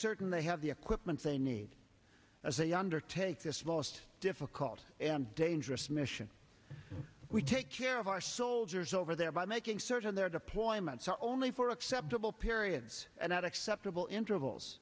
certain they have the equipment they need as they undertake this last difficult and dangerous mission we take care of our soldiers over there by making certain their deployments are only for acceptable periods and not acceptable intervals